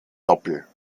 doppel